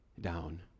down